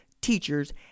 teachers